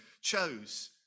chose